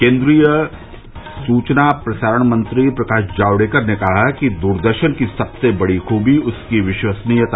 केन्द्रीय और सूचना प्रसारण मंत्री प्रकाश जावड़ेकर ने कहा कि दूरदर्शन की सबसे बड़ी खूबी उसकी विश्वसनीयता